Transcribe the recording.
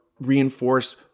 reinforce